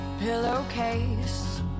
pillowcase